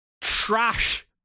trash